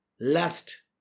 lust